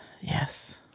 Yes